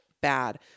bad